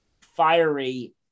fiery